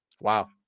Wow